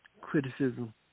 criticism